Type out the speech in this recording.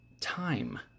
time